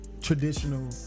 traditional